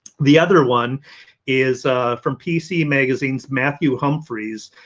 the other one is from pc magazines. matthew humphries,